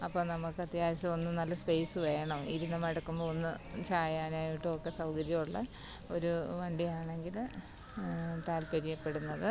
അപ്പോൾ നമ്മൾക്ക് അത്യാവശ്യം ഒന്ന് നല്ല സ്പേസ് വേണം ഇരുന്ന് മടുക്കുമ്പോൾ ഒന്ന് ചായാനായിട്ടുമൊക്കെ സൗകര്യം ഉള്ള ഒരു വണ്ടിയാണെങ്കിൽ താൽപ്പര്യപ്പെടുന്നത്